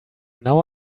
now